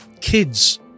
kids